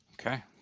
Okay